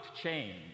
change